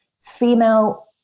female